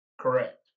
Correct